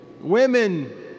women